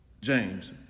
James